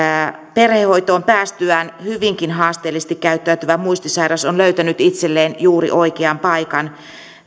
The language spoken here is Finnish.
perhehoitoon päästyään hyvinkin haasteellisesti käyttäytyvä muistisairas on löytänyt itselleen juuri oikean paikan